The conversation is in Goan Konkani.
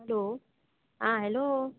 हॅलो आं हॅलो